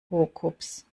hookups